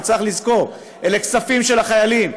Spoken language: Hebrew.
וצריך לזכור: אלה כספים של החיילים,